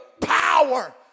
power